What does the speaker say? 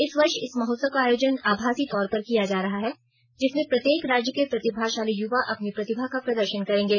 इस वर्ष इस महोत्सव का आयोजन आभासी तौर पर किया जा रहा है जिसमें प्रत्येक राज्य के प्रतिभाशाली युवा अपनी प्रतिभा का प्रदर्शन करेंगे